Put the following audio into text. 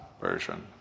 version